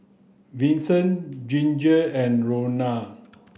Vinson Ginger and Ronal